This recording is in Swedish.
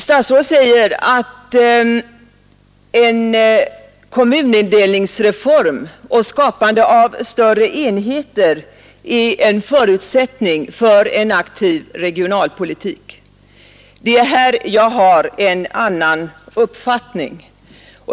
Statsrådet säger att en kommunindelningsreform och skapande av större enheter är en förutsättning för en aktiv regionalpolitik. Jag har en annan uppfattning.